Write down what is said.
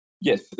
yes